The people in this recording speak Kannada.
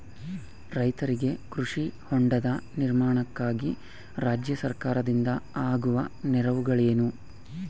ರೈತರಿಗೆ ಕೃಷಿ ಹೊಂಡದ ನಿರ್ಮಾಣಕ್ಕಾಗಿ ರಾಜ್ಯ ಸರ್ಕಾರದಿಂದ ಆಗುವ ನೆರವುಗಳೇನು?